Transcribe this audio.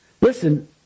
Listen